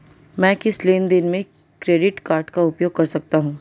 मैं किस लेनदेन में क्रेडिट कार्ड का उपयोग कर सकता हूं?